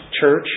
church